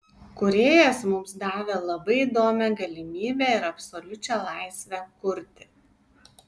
kūrėjas mums davė labai įdomią galimybę ir absoliučią laisvę kurti